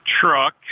truck